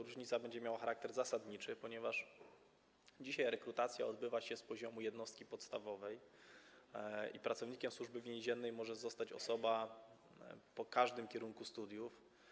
Różnica będzie miała charakter zasadniczy, ponieważ dzisiaj rekrutacja odbywa się z poziomu jednostki podstawowej i pracownikiem Służby Więziennej może zostać osoba po każdym kierunku studiów.